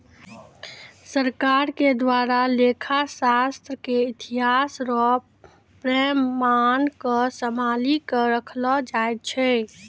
सरकार के द्वारा लेखा शास्त्र के इतिहास रो प्रमाण क सम्भाली क रखलो जाय छै